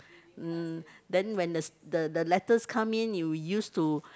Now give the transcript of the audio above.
mm then when the the the letters come in you used to